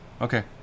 Okay